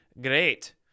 great